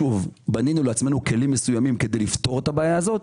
בנינו לעצמנו כלים מסוימים כדי לפתור את הבעיה הזאת,